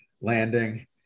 landing